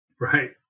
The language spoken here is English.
Right